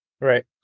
right